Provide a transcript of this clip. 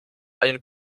einen